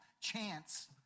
chance